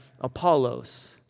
Apollos